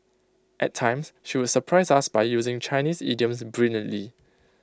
at times she would surprise us by using Chinese idioms brilliantly